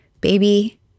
baby